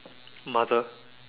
mother